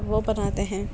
وہ بناتے ہیں